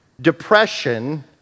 depression